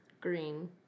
Green